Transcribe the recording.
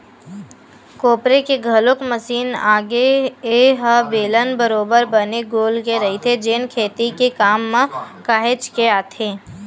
कोपरे के घलोक मसीन आगे ए ह बेलन बरोबर बने गोल के रहिथे जेन खेती के काम म काहेच के आथे